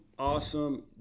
Awesome